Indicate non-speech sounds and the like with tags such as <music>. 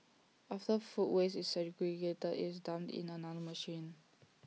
after food waste is segregated IT is dumped in another <noise> machine